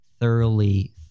thoroughly